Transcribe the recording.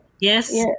Yes